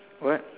what